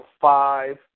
five